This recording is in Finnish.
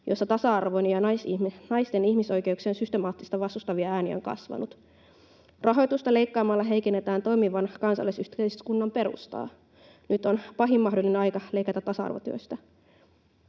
jossa tasa-arvoa ja naisten ihmisoikeuksia systemaattisesti vastustava ääni on kasvanut. Rahoitusta leikkaamalla heikennetään toimivan kansalaisyhteiskunnan perustaa. Nyt on pahin mahdollinen aika leikata tasa-arvotyöstä.